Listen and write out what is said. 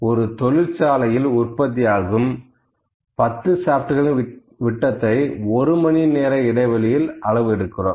ஒரு தொழிற்சாலையில் உற்பத்தியாகும் 10 ஷாப்ட்கள் விட்டத்தை ஒருமணி இடைவேளையில் அளவு எடுக்கிறோம்